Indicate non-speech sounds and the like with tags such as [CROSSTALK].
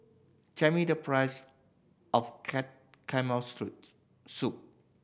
tell me the price of [UNINTELLIGIBLE] soup